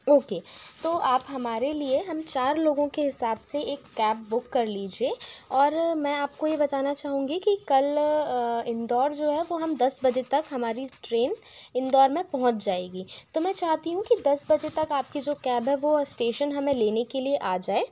okay तो आप हमारे लिए हम चार लोगों के हिसाब से एक कैब बुक कर लीजिए और मैं आपको ये बताना चाहूँगी की कल इंदौर जो है वो हम दस बजे तक हमारी ट्रेन इंदौर में पहुँच जाएगी तो मैं चाहती हूँ की दस बजे तक आपकी जो कैब है वो स्टेशन हमें लेने के लिए आ जाए